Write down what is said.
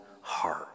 heart